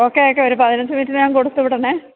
okay okay ഒരു പതിനഞ്ച് മിനിറ്റിനകം കൊടുത്ത് വിടണേ